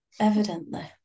Evidently